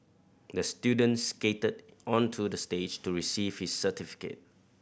the student skated onto the stage to receive his certificate